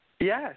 Yes